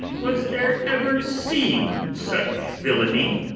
was there ever seen such villany,